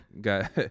got